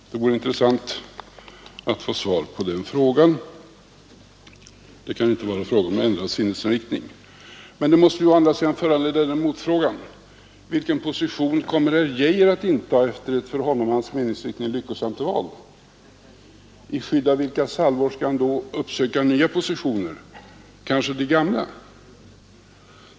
Det vore intressant att få svar på den frågan. Det kan inte vara fråga om ändrad sinnesriktning. Denna fråga måste å andra sidan föranleda en motfråga: Vilken position kommer herr Geijer att inta efter ett för honom och hans meningsfränder lyckosamt val? I skydd av vilka salvor skall han då söka nya positioner? Eller kanske de gamla?